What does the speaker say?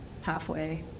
halfway